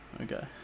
Okay